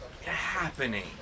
happening